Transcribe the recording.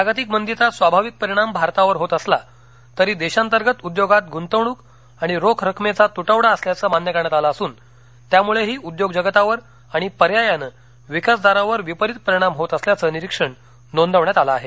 जागतिक मंदीचा स्वाभाविक परिणाम भारतावर होत असला तरी देशांतर्गत उद्योगात गृंतवणक आणि रोख रकमेचा तुटवडा असल्याचं मान्य करण्यात आलं असुन त्यामुळेही उद्योग जगतावर आणि पर्यायानं विकास दरावर विपरीत परिणाम होत असल्याचं निरीक्षण नोंदवण्यात आलं आहे